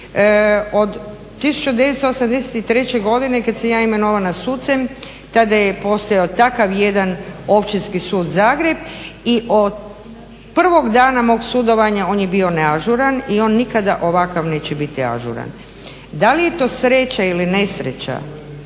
Od 1983.godine kada sam ja imenovana sucem tada je postojao takav jedan Općinski sud Zagreb i od prvog dana mog sudovanja on je bio neažuran i on nikada ovakav neće biti ažuran. Da li je to sreća ili nesreća